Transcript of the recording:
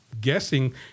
guessing